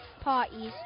parties